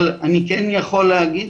אבל אני כן יכול להגיד,